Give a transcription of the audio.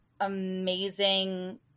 amazing